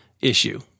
issue